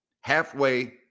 halfway